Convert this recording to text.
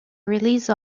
release